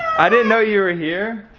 i didn't know you were here.